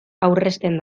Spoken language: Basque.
aurrezten